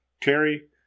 Terry